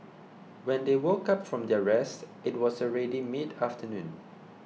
when they woke up from their rest it was already mid afternoon